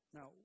Now